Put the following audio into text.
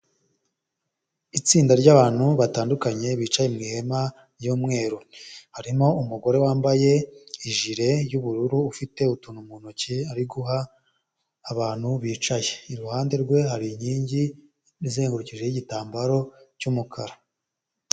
Itsinda ry'abantu batandukanye bicaye mu ihema ry'umweru harimo umugore wambaye ijire y'ubururu ufite utuntu mu ntoki ari guha abantu bicaye iruhande rwe hari inkingi izengurukijeho igitambaro cy'umukara.